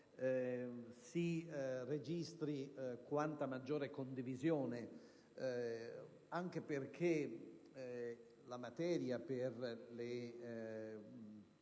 si registri un'ampia condivisione, anche perché la materia, per la